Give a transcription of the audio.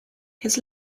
his